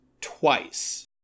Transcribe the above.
twice